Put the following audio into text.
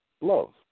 love